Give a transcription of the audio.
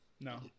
No